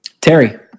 Terry